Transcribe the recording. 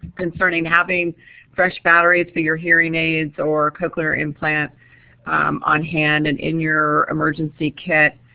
concerning having fresh batteries for your hearing aids or cochlear implants on hand and in your emergency kit.